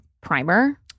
primer